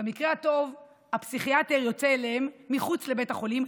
במקרה הטוב הפסיכיאטר יוצא אליהם אל מחוץ לבית החולים.